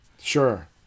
Sure